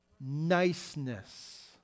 niceness